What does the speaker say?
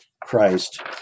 Christ